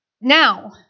Now